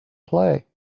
play